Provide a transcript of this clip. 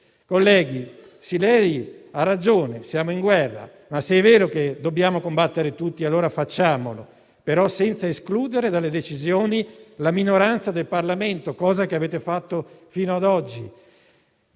Sileri ha ragione: siamo in guerra, ma se è vero che dobbiamo combattere tutti allora facciamolo, però senza escludere dalle decisioni la minoranza del Parlamento, cosa che avete fatto fino ad oggi.